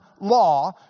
law